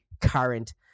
current